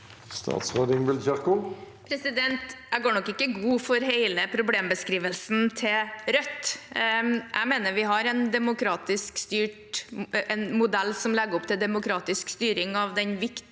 Statsråd Ingvild Kjerkol